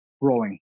rolling